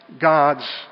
God's